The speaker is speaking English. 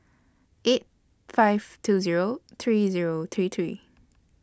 eight five two Zero three Zero three three